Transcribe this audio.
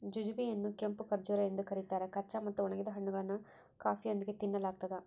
jujube ಯನ್ನುಕೆಂಪು ಖರ್ಜೂರ ಎಂದು ಕರೀತಾರ ಕಚ್ಚಾ ಮತ್ತು ಒಣಗಿದ ಹಣ್ಣುಗಳನ್ನು ಕಾಫಿಯೊಂದಿಗೆ ತಿನ್ನಲಾಗ್ತದ